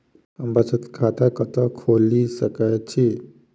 हम बचत खाता कतऽ खोलि सकै छी?